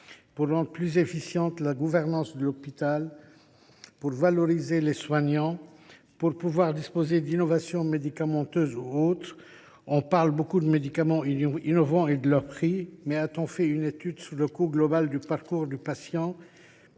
pour rendre plus efficiente la gouvernance de l’hôpital, pour valoriser les soignants, pour disposer d’innovations, notamment médicamenteuses. On parle beaucoup des médicaments innovants et de leur prix, mais a t on réalisé une étude sur le coût global du parcours du patient ?